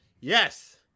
yes